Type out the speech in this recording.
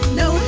no